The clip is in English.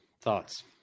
thoughts